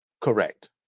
Correct